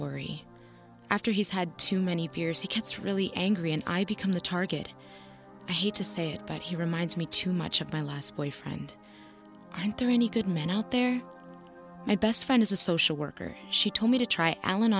worry after he's had too many peers he gets really angry and i become the target hate to say it but he reminds me too much of my last boyfriend and through any good man out there and best friend is a social worker she told me to try alan